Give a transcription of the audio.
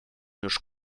już